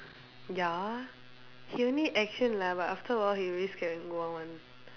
ya he only action lah but after a while he will get scared and go out one